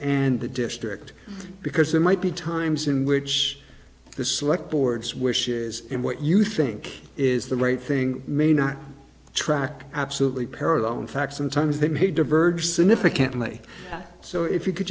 and the district because there might be times in which the select board's wishes in what you think is the right thing may not track absolutely parallel in fact sometimes they may diverge significantly so if you could